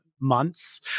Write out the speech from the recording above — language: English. months